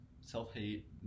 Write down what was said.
self-hate